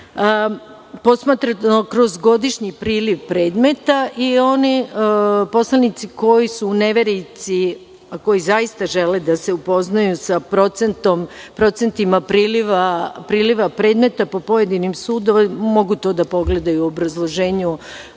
posmatrano kroz godišnji priliv predmeta. Oni poslanici koji su u neverici, a koji zaista žele da se upoznaju sa procentima priliva predmeta po pojedinim sudovima, mogu to da pogledaju u obrazloženju